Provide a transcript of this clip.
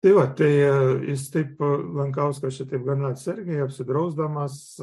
tai vat tai jis taip lankauskas šitaip gana atsargiai apsidrausdamas